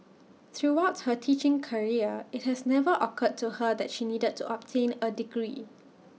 throughout her teaching career IT has never occurred to her that she needed to obtain A degree